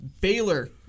Baylor